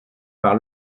par